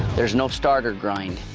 there's no starter grind.